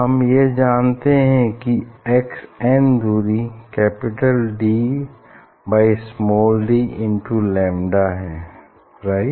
हम यह जानते हैं कि एक्स एन दूरी capital D by small D into lambda है राइट